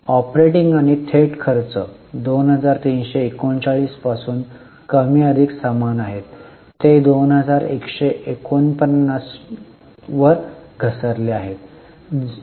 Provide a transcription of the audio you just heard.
operating आणि थेट खर्च 2339 पासून कमी अधिक समान आहेत ते 2149 to वर घसरले आहेत